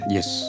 Yes